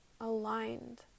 aligned